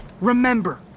Remember